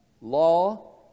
law